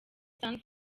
san